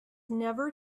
never